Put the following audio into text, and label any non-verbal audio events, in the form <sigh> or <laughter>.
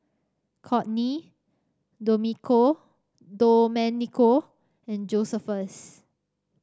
Kortney <unintelligible> Domenico and Josephus